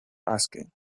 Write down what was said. asking